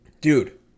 Dude